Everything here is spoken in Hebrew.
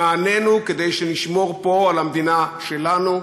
למעננו, כדי שנשמור פה על המדינה שלנו.